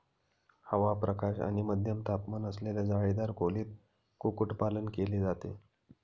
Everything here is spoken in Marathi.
हवा, प्रकाश आणि मध्यम तापमान असलेल्या जाळीदार खोलीत कुक्कुटपालन केले जाते